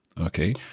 Okay